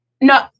No